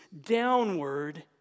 downward